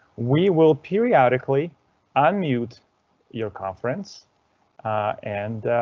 we will periodically unmute your conference and